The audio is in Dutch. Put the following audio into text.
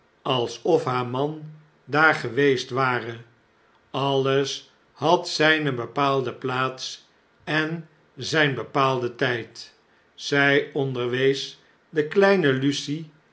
alsof haar man daar geweest ware alles had zijne bepaalde plaats en zijn bepaalden tijd zij onderwees de kleine lucie